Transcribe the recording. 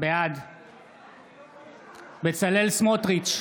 בעד בצלאל סמוטריץ'